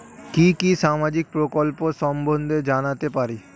কি কি সামাজিক প্রকল্প সম্বন্ধে জানাতে পারি?